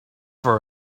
for